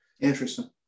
interesting